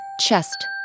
chest